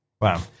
Wow